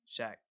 Shaq